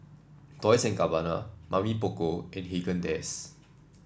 Dolce and Gabbana Mamy Poko and Haagen Dazs